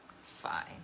Fine